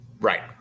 Right